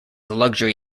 luxury